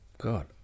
god